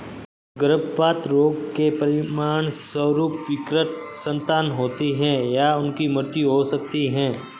गर्भपात रोग के परिणामस्वरूप विकृत संतान होती है या उनकी मृत्यु हो सकती है